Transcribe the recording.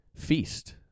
Feast